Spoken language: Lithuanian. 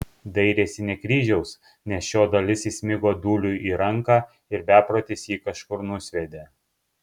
dairėsi ne kryžiaus nes šio dalis įsmigo dūliui į ranką ir beprotis jį kažkur nusviedė